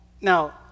Now